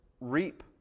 reap